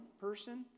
person